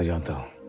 yeah and